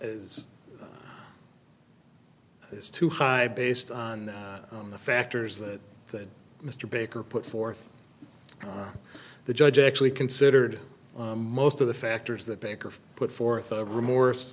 is is too high based on the factors that that mr baker put forth the judge actually considered most of the factors that baker put forth of remorse